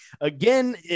again